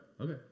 okay